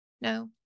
no